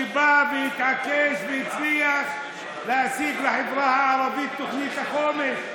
שבא והתעקש והצליח להשיג לחברה הערבית תוכנית חומש.